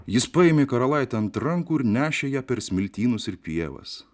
jis paėmė karalaitę ant rankų ir nešė ją per smiltynus ir pievas